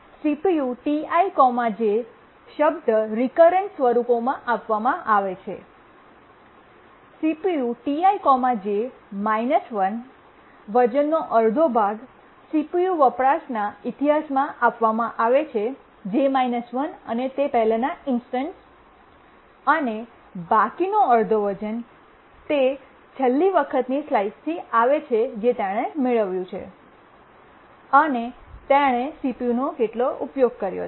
CPUTi j શબ્દ recurrence સ્વરૂપોમાં આપવામાં આવે છે CPUTi j −1 વજનનો અડધો ભાગ સીપીયુ વપરાશના ઇતિહાસમાં આપવામાં આવે છે j − 1 અને તે પહેલાં ના ઇન્સ્ટન્સ અને બાકીનો અડધો વજન તે છેલ્લી વખતની સ્લાઇસથી આવે છે જે તેણે મેળવ્યું છે અને તેણે CPUનો કેટલો ઉપયોગ કર્યો છે